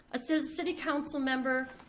a sort of city council member,